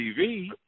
TV